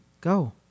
Go